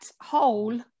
hole